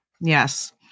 yes